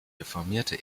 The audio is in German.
reformierte